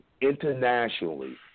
Internationally